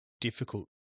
difficult